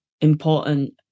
important